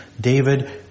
David